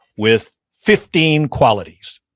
with fifteen qualities,